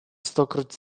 stokroć